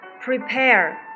prepare